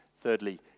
thirdly